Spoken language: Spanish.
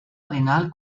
arenal